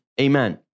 Amen